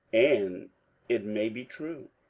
and it may be true.